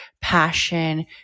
passion